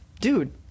dude